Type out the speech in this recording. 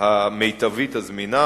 המיטבית הזמינה,